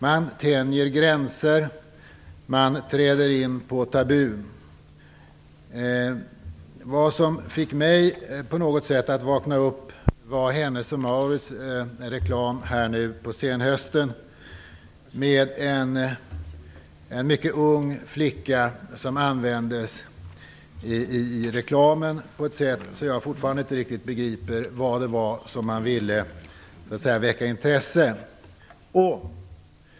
Man tänjer gränser, man överträder tabu. Vad som på något sätt fick mig att vakna upp var Hennes & Mauritz reklam på senhösten. En mycket ung flicka användes då i reklamen på ett sätt som gör att jag fortfarande inte riktigt begriper vad det var man ville väcka intresse för.